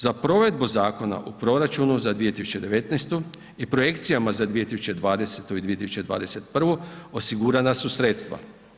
Za provedbu Zakona o proračunu za 2019. i projekcijama za 2020. i 2021. osigurana su sredstva.